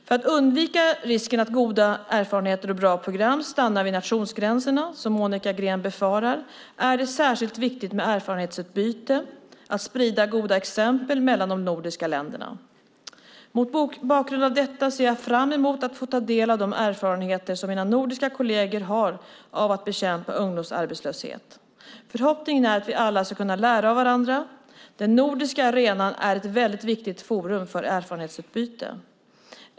För att undvika risken att goda erfarenheter och bra program stannar vid nationsgränserna, som Monica Green befarar, är det särskilt viktigt med erfarenhetsutbyte - med att sprida goda exempel mellan de nordiska länderna. Mot bakgrund av detta ser jag fram emot att få ta del av de erfarenheter som mina nordiska kolleger har av att bekämpa ungdomsarbetslösheten. Förhoppningen är att vi alla kan lära av varandra. Den nordiska arenan är ett väldigt viktigt forum för erfarenhetsutbyte.